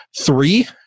three